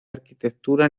arquitectura